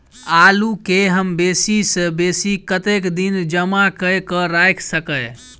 आलु केँ हम बेसी सऽ बेसी कतेक दिन जमा कऽ क राइख सकय